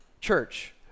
church